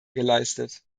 geleistet